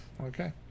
Okay